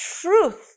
truth